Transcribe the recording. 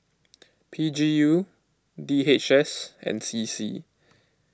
P G U D H S and C C